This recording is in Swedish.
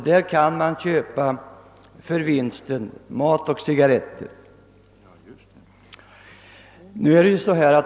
Där kan man för vinsten köpa mat och cigarretter.